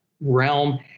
realm